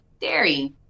dairy